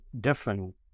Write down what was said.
different